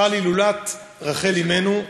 חלה הילולת רחל אמנו,